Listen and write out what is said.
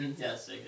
Yes